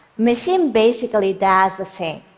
machine basically does the same.